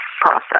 process